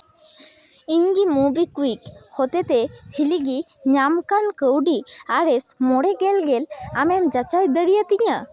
ᱤᱧ ᱜᱮ ᱢᱳᱵᱤᱠᱩᱭᱤᱠ ᱦᱚᱛᱮ ᱛᱮ ᱦᱟᱹᱞᱤ ᱜᱮ ᱧᱟᱢ ᱠᱟᱱ ᱠᱟᱹᱣᱰᱤ ᱟᱨ ᱮᱥ ᱢᱚᱢᱮ ᱜᱮᱞ ᱜᱮᱞ ᱟᱢ ᱮᱢ ᱡᱟᱪᱟᱭ ᱫᱟᱲᱮᱭᱟ ᱛᱤᱧᱟᱹ